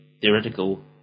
theoretical